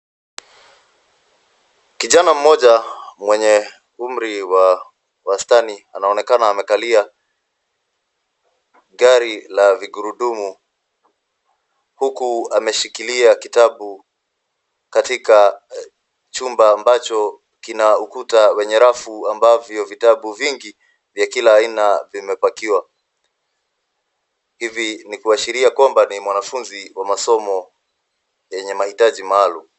Kijana mmoja mwenye umri wa wastani anonekana amekalia gari la vigurudumu huku ameshikilia kitabu katika chumba ambacho kina ukata wenye rafu ambavyo vitambu vingi vya kila aina vimepakiwa, hivi ni kuashiria kwamba ni mwanafunzi mwenye masomo yenye mahitaji maalum.